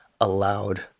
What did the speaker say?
allowed